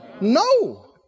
No